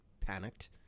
panicked